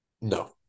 No